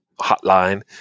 hotline